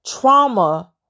trauma